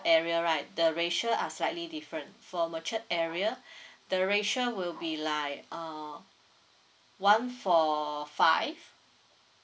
area right the ratio are slightly different for matured area the ratio will be like err one for five